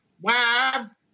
wives